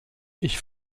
ich